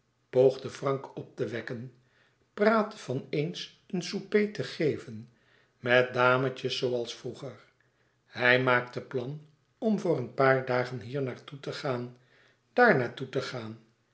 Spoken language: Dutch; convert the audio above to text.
poogde frank op te wekken praatte van eens een souper te geven met dametjes zooals vroeger hij maakte plan om voor een paar dagen hier naar toe te gaan daar naar toe te gaan